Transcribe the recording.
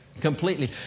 completely